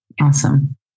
Awesome